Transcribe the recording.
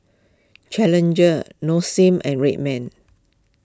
Challenger Nong Shim and Red Man